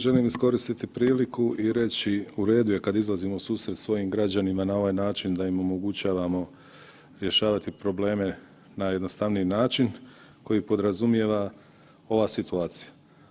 Želim iskoristiti priliku i reći uredu je kada izlazimo u susret svojim građanima na ovaj način da im omogućavamo rješavati probleme na jednostavniji način koji podrazumijeva ova situacija.